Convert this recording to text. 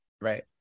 Right